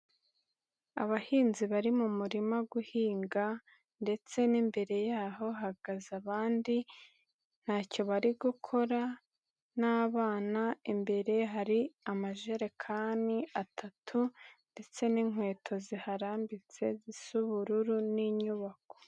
Abahinzi bari mu murima guhinga, ndetse n'imbere yaho hahagaze abandi, ntacyo bari gukora, n'abana imbere hari amajerekani atatu, ndetse n'inkweto ziharambitse z'ubururu n'inyubako.